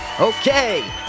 Okay